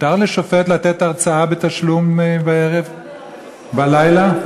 מותר לשופט לתת הרצאה בתשלום בערב, בלילה?